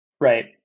Right